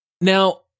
Now